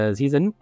season